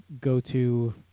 go-to